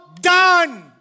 done